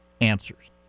answers